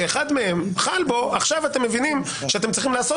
שאחד מהם --- עכשיו אתם מבינים שאתם צריכים לעשות